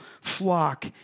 flock